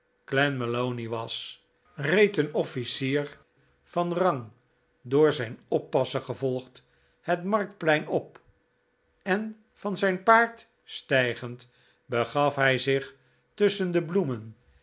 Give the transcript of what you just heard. glenmalony was reed een offlcier van rang door zijn oppasser gevolgd het marktplein op en van zijn paard stijgend bcgaf hij zich tusschen de bloemen